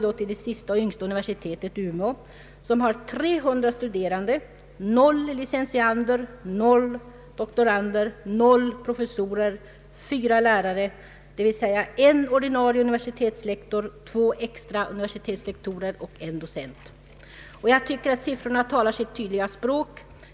Det yngsta universitetet, Umeå, har 300 studerande, 0 licentiander, 0 doktorander, 0 professorer, 4 lärare, d.v.s. en ordinarie universitetslektor, 2 extra universitetslektorer och en docent. Jag tycker att de siffrorna talar sitt tydliga språk.